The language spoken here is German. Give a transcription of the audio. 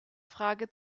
frage